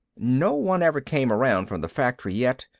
no one ever came around from the factory yet,